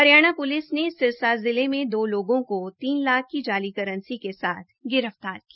Haryana police ने सिरसा जिले में दो लोगों को तीन लाख की जाली करंसी के साथ गिरफ्तार किया